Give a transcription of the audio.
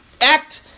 act